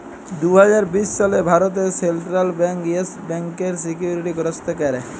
দু হাজার বিশ সালে ভারতে সেলট্রাল ব্যাংক ইয়েস ব্যাংকের সিকিউরিটি গ্রস্ত ক্যরে